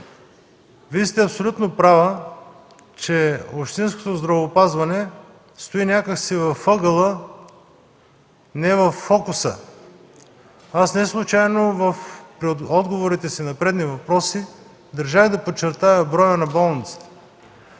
Вие сте абсолютно права, че общинското здравеопазване стои някак си в ъгъла, не във фокуса. Аз неслучайно при отговорите си на предните въпроси държах да подчертая броя на болниците,